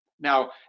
Now